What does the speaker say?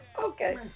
Okay